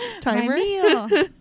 timer